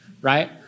right